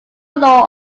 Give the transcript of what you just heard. law